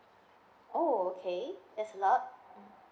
oh okay that's a lot